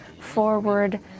forward